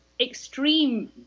Extreme